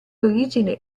origine